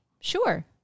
Sure